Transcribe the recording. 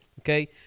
Okay